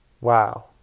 Wow